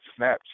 Snapchat